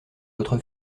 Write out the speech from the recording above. votre